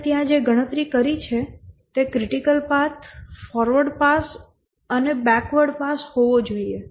આપણે ત્યાં જે રીતે ગણતરી કરી છે તે ક્રિટિકલ પાથ ફોરવર્ડ પાસ અને બેકવર્ડ પાસ હોવો જોઈએ